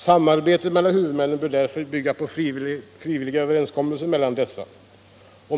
Samarbetet mellan huvudmiinnen bör därför bygga på frivilliga överenskommelser mellan dessa.